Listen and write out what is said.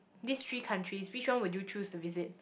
these three countries which one would you choose to visit